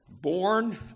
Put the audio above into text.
Born